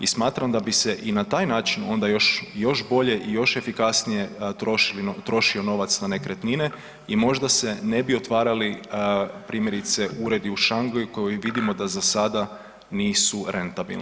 I smatram da bi se i na taj način onda još bolje i još efikasnije trošio novac na nekretnine i možda se ne bi otvarali primjerice uredu u Shangaju koji vidimo da za sada nisu rentabilni.